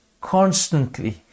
constantly